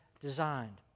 designed